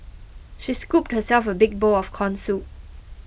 she scooped herself a big bowl of Corn Soup